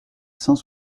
cent